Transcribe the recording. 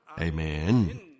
Amen